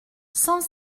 cent